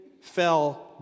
fell